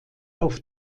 auf